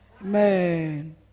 amen